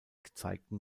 gezeigten